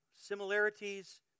Similarities